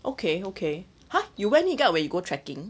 okay okay !huh! you wear knee guard when you go trekking